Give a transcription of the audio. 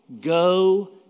go